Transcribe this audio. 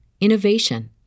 innovation